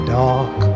dark